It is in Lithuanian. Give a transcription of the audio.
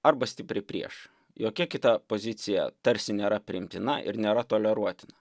arba stipriai prieš jokia kita pozicija tarsi nėra priimtina ir nėra toleruotina